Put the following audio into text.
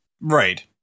Right